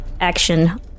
action